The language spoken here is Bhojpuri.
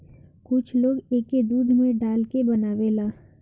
कुछ लोग एके दूध में डाल के बनावेला